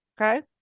Okay